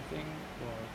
I think 我